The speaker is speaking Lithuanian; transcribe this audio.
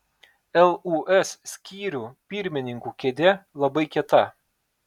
lūs skyrių pirmininkų kėdė labai kieta